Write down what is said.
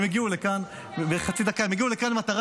הם הגיעו לכאן בגיוס מלא במטרה